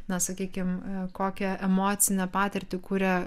na sakykim kokią emocinę patirtį kuria